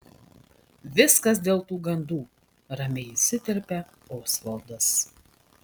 viskas dėl tų gandų ramiai įsiterpia osvaldas